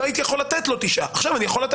הוא לא היה יכול לתת לו תשעה אבל עכשיו הוא יכול,